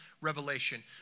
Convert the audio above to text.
revelation